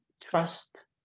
trust